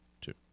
two